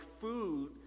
food